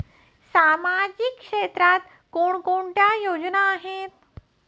सामाजिक क्षेत्रात कोणकोणत्या योजना आहेत?